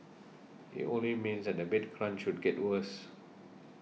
it only means that the bed crunch get worse